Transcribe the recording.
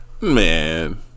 Man